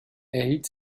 erhielt